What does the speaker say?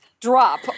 drop